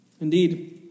Indeed